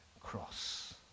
cross